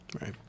Right